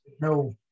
no